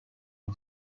نمی